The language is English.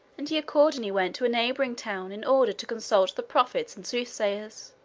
and he accordingly went to a neighboring town in order to consult the prophets and soothsayers.